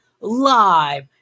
Live